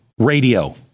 radio